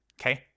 Okay